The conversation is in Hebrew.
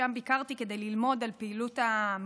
שם ביקרתי כדי ללמוד על פעילות המשרד